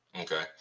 Okay